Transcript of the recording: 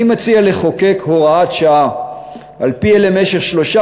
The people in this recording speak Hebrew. אני מציע לחוקק הוראת שעה שעל-פיה למשך שלושה